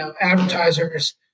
advertisers